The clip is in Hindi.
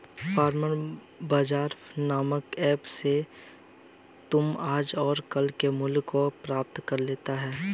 फार्मर बाजार नामक ऐप से तुम आज और कल के मूल्य का पता लगा सकते हो